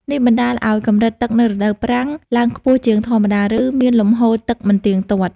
នេះបណ្តាលឱ្យកម្រិតទឹកនៅរដូវប្រាំងឡើងខ្ពស់ជាងធម្មតា ឬមានលំហូរទឹកមិនទៀងទាត់។